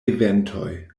eventoj